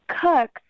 cooks